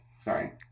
sorry